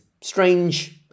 strange